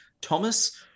Thomas